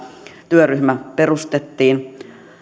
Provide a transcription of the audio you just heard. työryhmä perustettiin